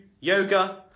yoga